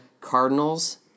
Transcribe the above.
Cardinals